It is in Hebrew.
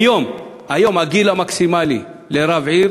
היום הגיל המקסימלי לרב עיר